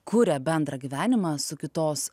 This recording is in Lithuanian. kuria bendrą gyvenimą su kitos